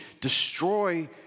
destroy